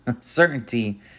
certainty